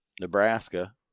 Nebraska